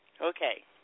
Okay